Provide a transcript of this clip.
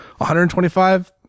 125